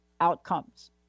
outcomes